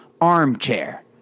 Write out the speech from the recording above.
armchair